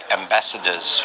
ambassadors